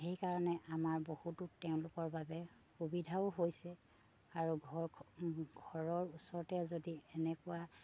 সেইকাৰণে আমাৰ বহুতো তেওঁলোকৰ বাবে সুবিধাও হৈছে আৰু ঘৰ ঘৰৰ ওচৰতে যদি এনেকুৱা